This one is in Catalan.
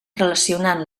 relacionant